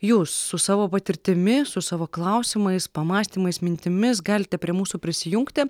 jūs su savo patirtimi su savo klausimais pamąstymais mintimis galite prie mūsų prisijungti